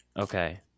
Okay